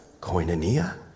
Koinonia